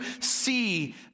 see